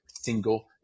single